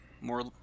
more